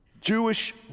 Jewish